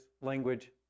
language